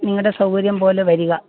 നിങ്ങളുടെ സൗകര്യം പോലെ വരുക